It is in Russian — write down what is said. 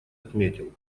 отметил